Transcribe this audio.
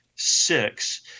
six